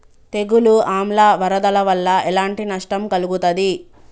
తెగులు ఆమ్ల వరదల వల్ల ఎలాంటి నష్టం కలుగుతది?